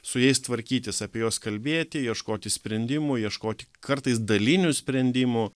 su jais tvarkytis apie juos kalbėti ieškoti sprendimų ieškoti kartais dalinių sprendimų